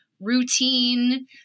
routine